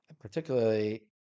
particularly